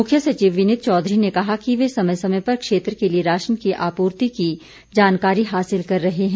मुख्य सचिव विनीत चौधरी ने कहा कि वे समय समय पर क्षेत्र के लिए राशन की आपूर्ति की जानकारी हासिल कर रहे हैं